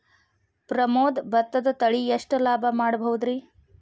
ಪ್ರಮೋದ ಭತ್ತದ ತಳಿ ಎಷ್ಟ ಲಾಭಾ ಮಾಡಬಹುದ್ರಿ?